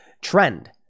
trend